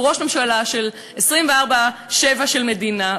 הוא ראש ממשלה של 24/7 של מדינה,